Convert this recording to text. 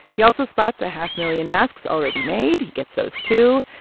he also spots a half-million masks already made. he gets those, too.